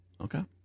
Okay